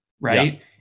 right